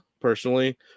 personally